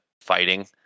fighting